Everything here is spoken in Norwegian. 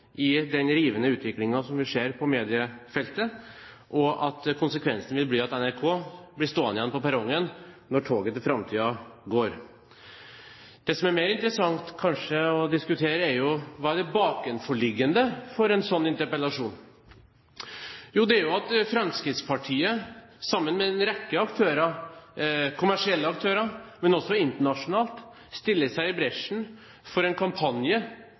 i den rivende utviklingen som vi ser på mediefeltet, og at konsekvensen vil bli at NRK blir stående igjen på perrongen når toget til framtiden går. Det som kanskje er mer interessant å diskutere, er jo hva som er det bakenforliggende for en slik interpellasjon. Jo, det er at Fremskrittspartiet sammen med en rekke kommersielle aktører, også internasjonale, stiller seg i bresjen for en kampanje